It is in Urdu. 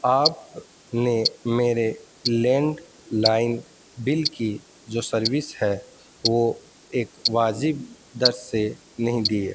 آپ نے میرے لینڈ لائن بل کی جو سروس ہے وہ ایک واجب در سے نہیں دیے